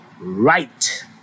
right